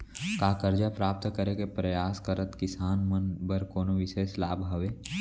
का करजा प्राप्त करे के परयास करत किसान मन बर कोनो बिशेष लाभ हवे?